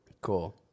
Cool